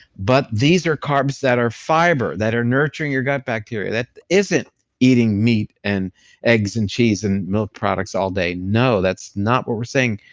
but these are carbs that are fiber, that are nurturing your gut bacteria that isn't eating meat and eggs and cheese and milk products all day, no that's not what we're saying.